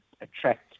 attract